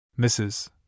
Mrs